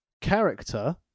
character